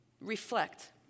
Reflect